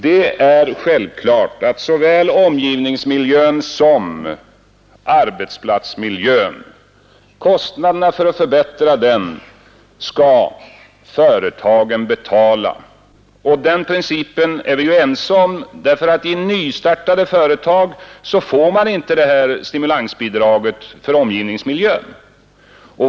Det är självklart att kostnaderna för att förbättra såväl omgivningsmiljön som arbetsplatsmiljön skall betalas av företagen. Den principen är vi ju ense om. Nystartade företag får ju inte stimulansbidrag för omgivningsmiljön.